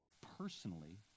Personally